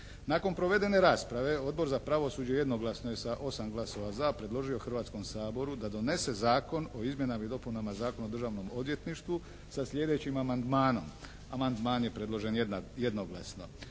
Nakon provedene rasprave Odbor za pravosuđe je jednoglasno je sa 8 glasova za, predložio Hrvatskom saboru da donese Zakon o izmjenama i dopunama Zakona o Državom odvjetništvu sa sljedećim amandmanom. Amandman je predložen jednoglasno.